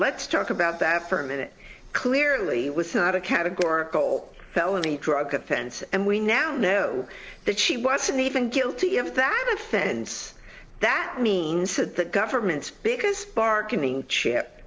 let's talk about that for a minute clearly was not a categorical felony drug offense and we now know that she wasn't even guilty if that offends that means that the government's biggest bargaining chip